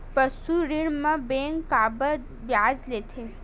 पशु ऋण म बैंक काबर ब्याज लेथे?